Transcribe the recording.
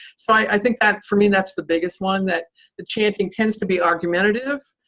so i think that, for me, that's the biggest one. that the chanting tends to be argumentative.